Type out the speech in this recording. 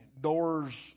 doors